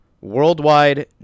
Worldwide